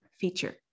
feature